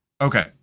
Okay